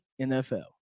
NFL